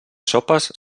sopes